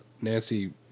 Nancy